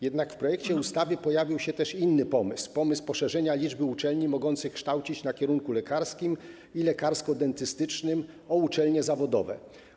Jednak w projekcie ustawy pojawił się też inny pomysł - pomysł poszerzenia liczby uczelni mogących kształcić na kierunku lekarskim i lekarsko-dentystycznym o uczelnie zawodowe.